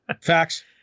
Facts